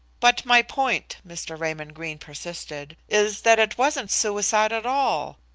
but my point, mr. raymond greene persisted, is that it wasn't suicide at all.